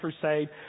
crusade